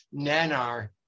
nanar